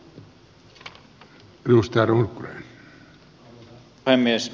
arvoisa puhemies